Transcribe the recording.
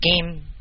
game